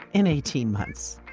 in eighteen months.